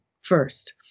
first